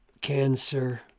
cancer